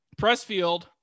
Pressfield